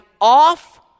off